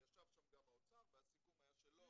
ישב שם גם האוצר והסיכום היה שלא יוגדר משך זמן הנסיעה.